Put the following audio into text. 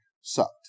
sucked